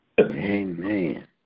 Amen